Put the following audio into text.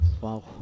Wow